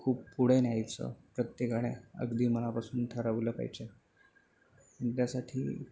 खूप पुढे न्यायचं प्रत्येकाणे अगदी मनापासून ठरवलं पाहिजे त्यासाठी